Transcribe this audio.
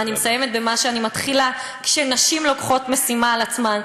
ואני מסיימת במה שאני מתחילה: כשנשים לוקחות משימה על עצמן,